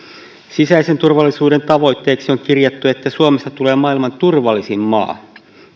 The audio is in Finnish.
sisäisen turvallisuuden tavoitteiksi on kirjattu että suomesta tulee maailman turvallisin maa